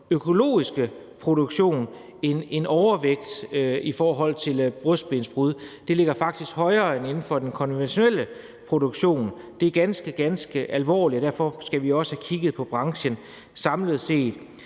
økologiske produktion en overvægt i forhold til brystbensbrud; det ligger faktisk højere end inden for den konventionelle produktion. Det er ganske, ganske alvorligt, og derfor skal vi også have kigget på branchen samlet set.